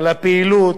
על הפעילות,